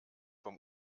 vom